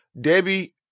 Debbie